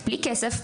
בלי כסף,